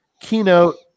keynote